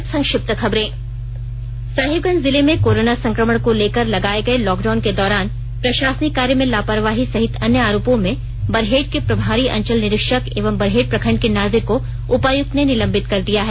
अब संक्षिप्त खबरें साहिबगंज जिले में कोरोना संक्रमण को लेकर लगाये गये लॉक डाउन के दौरान प्रशासनिक कार्य में लापरवाही सहित अन्य आरोपों में बरहेट के प्रभारी अंचल निरीक्षक एवं बरहेट प्रखंड के नाजिर को उपायुक्त ने निलंबित कर दिया है